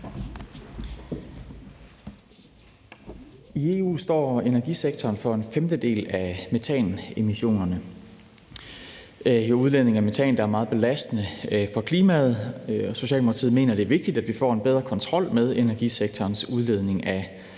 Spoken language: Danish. I EU står energisektoren for en femtedel af metanemissionerne. Udledning af metan er meget belastende for klimaet, og Socialdemokratiet mener, det er vigtigt, at vi får en bedre kontrol med energisektorens udledning af metan.